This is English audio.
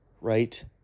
right